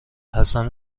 حسن